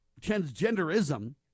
transgenderism